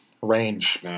range